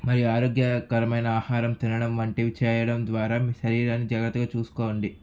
మరియు ఆరోగ్యకరమైన ఆహారం తినడం వంటివి చేయడం ద్వారా మీ శరీరాన్ని జాగ్రత్తగా చూసుకోండి